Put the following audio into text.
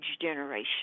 generation